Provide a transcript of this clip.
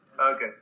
Okay